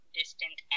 distant